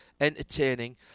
entertaining